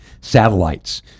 satellites